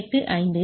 85 0